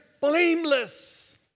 blameless